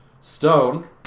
stone